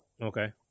Okay